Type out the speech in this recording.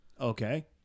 Okay